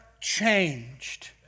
changed